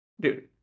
dude